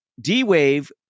D-Wave